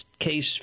case